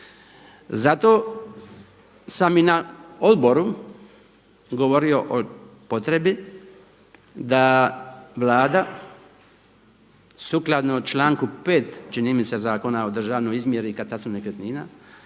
Zato sam i na odboru govorio o potrebi da Vlada sukladno članku 5. čini mi se Zakona o državnoj izmjeri i katastru nekretnina